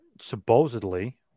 supposedly